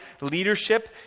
leadership